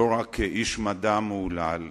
לא רק איש מדע מהולל,